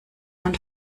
man